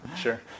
Sure